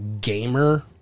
gamer